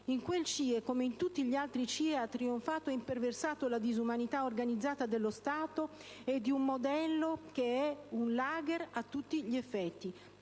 In quel CIE, come in tutti gli altri, ha trionfato e imperversato la disumanità organizzata dello Stato e di un modello che è un *lager* a tutti gli effetti.